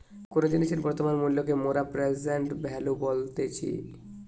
কোনো জিনিসের বর্তমান মূল্যকে মোরা প্রেসেন্ট ভ্যালু বলতেছি